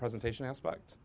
presentation aspect